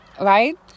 right